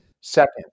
Second